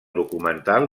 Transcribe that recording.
documental